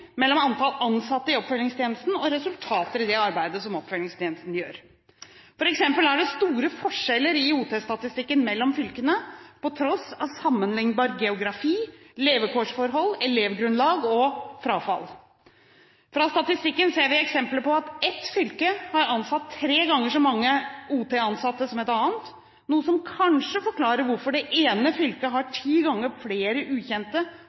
mellom antall ansatte i oppfølgingstjenesten og resultater i det arbeidet som oppfølgingstjenesten gjør. For eksempel er det store forskjeller i OT-statistikken mellom fylkene, på tross av sammenlignbar geografi, levekårsforhold, elevgrunnlag og frafall. Fra statistikken ser vi eksempler på at ett fylke har tre ganger så mange OT-ansatte som et annet, noe som kanskje forklarer hvorfor det ene fylket har ti ganger flere ukjente